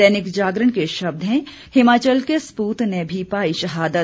दैनिक जागरण के शब्द हैं हिमाचल के सपूत ने भी पाई शहादत